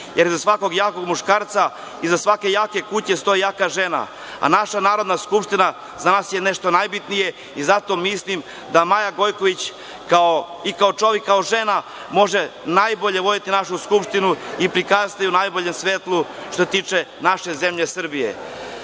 jer iza svakog jakog muškarca, iza svake jake kuće, stoji jaka žena, a naša Narodna skupština za nas je nešto najbitnije i zato mislim da Maja Gojković, i kao čovek i kao žena, može najbolje voditi našu Skupštinu i prikazati je u najboljem svetlu, što se tiče naše zemlje Srbije. Ja